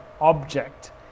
object